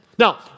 Now